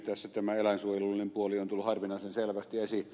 tässä tämä eläinsuojelullinen puoli on tullut harvinaisen selvästi esiin